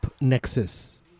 Nexus